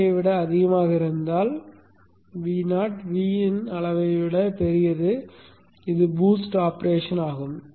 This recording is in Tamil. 5 ஐ விட அதிகமாக இருந்தால் Vo Vin அளவை விட பெரியது இது பூஸ்ட் ஆபரேஷன் ஆகும்